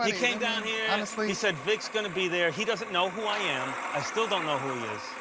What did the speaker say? came down here, and so he said, vic's going to be there. he doesn't know who i am. i still don't know who he is.